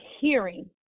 hearing